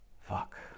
Fuck